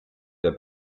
wer